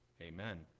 amen